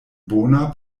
bona